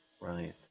right